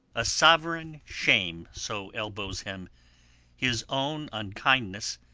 a sovereign shame so elbows him his own unkindness,